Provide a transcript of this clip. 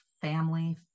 family